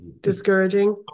discouraging